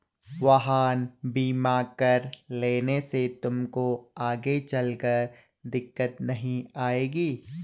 वाहन बीमा करा लेने से तुमको आगे चलकर दिक्कत नहीं आएगी